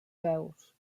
veus